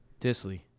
Disley